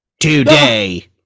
today